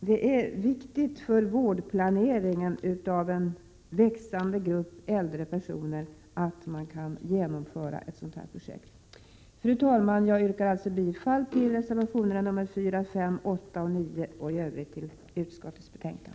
Det är viktigt för vårdplaneringen för en växande grupp äldre personer att man kan genomföra ett sådant projekt. Fru talman! Jag yrkar alltså bifall till reservationerna nr 4, 5, 8 och 9 och i Övrigt till utskottets hemställan.